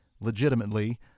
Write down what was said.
legitimately